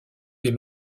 des